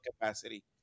capacity